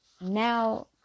now